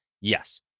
yes